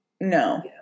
No